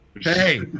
Hey